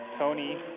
Tony